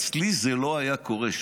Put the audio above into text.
אצלי זה לא היה קורה.